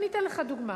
אני אתן לך דוגמה.